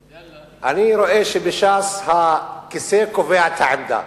אני רואה שבש"ס הכיסא קובע את העמדה.